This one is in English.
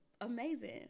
amazing